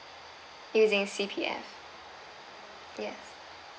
using C_P_F yes